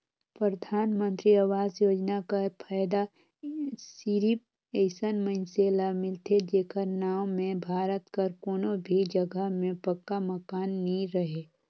परधानमंतरी आवास योजना कर फएदा सिरिप अइसन मइनसे ल मिलथे जेकर नांव में भारत कर कोनो भी जगहा में पक्का मकान नी रहें